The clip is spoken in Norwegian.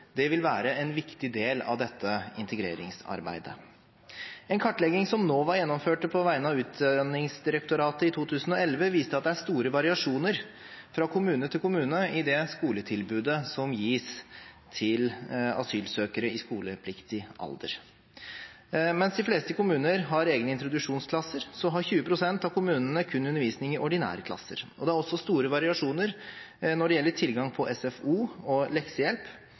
vil være en viktig del av dette integreringsarbeidet. En kartlegging som NOVA gjennomførte på vegne av Utdanningsdirektoratet i 2011, viste at det er store variasjoner fra kommune til kommune i det skoletilbudet som gis til asylsøkere i skolepliktig alder. Mens de fleste kommuner har egne introduksjonsklasser, har 20 pst. av kommunene kun undervisning i ordinære klasser. Det er også store variasjoner når det gjelder tilgang på SFO og leksehjelp,